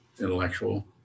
intellectual